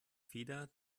feder